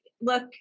look